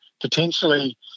potentially